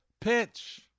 pitch